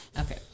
Okay